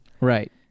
Right